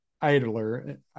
Idler